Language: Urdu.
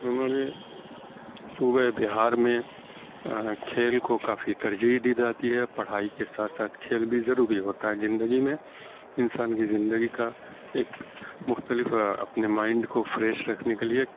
ہمارے صوبۂ بہار میں کھیل کو کافی ترجیح دی جاتی ہے پڑھائی کے ساتھ ساتھ کھیل بھی ضروری ہوتا ہے زندگی میں انسان کی زندگی کا ایک مختلف اپنے مائنڈ کو فریش رکھنے کے لیے